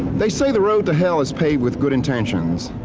they say the road to hell is paved with good intentions.